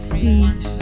feet